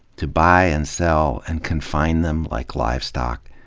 to buy and sell and confine them like livestock.